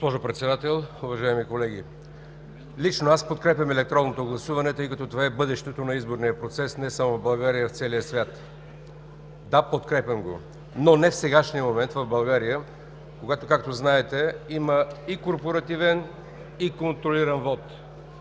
Госпожо Председател, уважаеми колеги! Лично аз подкрепям електронното гласуване, тъй като това е бъдещето на изборния процес не само в България, но и в целия свят. Да, подкрепям го, но не в сегашния момент в България, когато, както знаете, има и корпоративен, и контролиран вот.